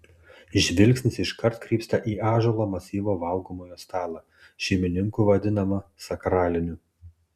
žvilgsnis iškart krypsta į ąžuolo masyvo valgomojo stalą šeimininkų vadinamą sakraliniu